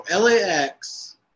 LAX